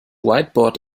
whiteboard